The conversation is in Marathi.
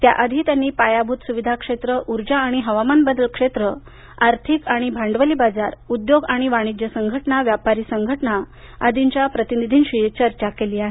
या आधी त्यांनी पायाभूत सुविधा क्षेत्र ऊर्जा आणि हवामान बदल क्षेत्र आर्थिक आणि भांडवली बाजार क्षेत्र उद्योग आणि वाणिज्य संघटना व्यापारी संघटना आदींच्या प्रतिनिधीशी चर्चा केली आहे